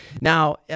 Now